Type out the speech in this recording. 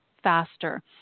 faster